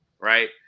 right